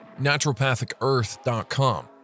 naturopathicearth.com